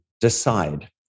decide